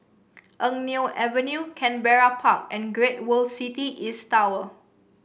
Eng Neo Avenue Canberra Park and Great World City East Tower